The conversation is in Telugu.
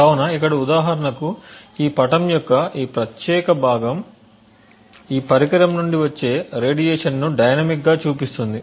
కాబట్టి ఇక్కడ ఉదాహరణకు ఈ పటము యొక్క ఈ ప్రత్యేక భాగం ఈ పరికరం నుండి వచ్చే రేడియేషన్ను డైనమిక్గా చూపిస్తుంది